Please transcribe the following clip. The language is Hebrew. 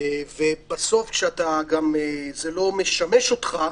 ובסוף זה גם לא משמש אותך,